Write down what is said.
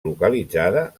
localitzada